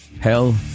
Hell